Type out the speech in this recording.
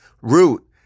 root